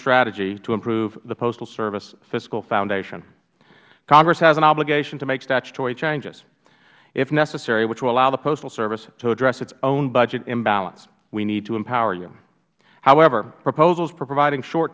strategy to improve the postal service fiscal foundation congress has an obligation to make statutory changes if necessary which will allow the postal service to address its own budget imbalance we need to empower you however proposals for providing short